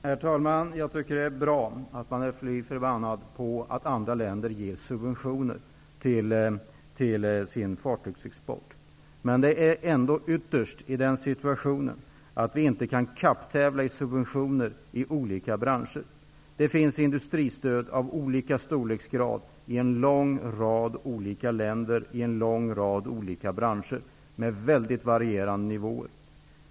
Herr talman! Jag tycker att det är bra att man är fly förbannad över att andra länder ger subventioner till sin fartygsexport. Men vi är ändå ytterst i den situationen att vi inte kan kapptävla vad gäller subventioner inom olika branscher. Det finns industristöd av olika storleksgrader i en lång rad länder och i en lång rad branscher, med mycket varierande nivåer.